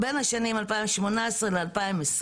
בין 2018 ל-2020